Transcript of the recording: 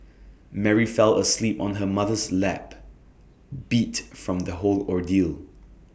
Mary fell asleep on her mother's lap beat from the whole ordeal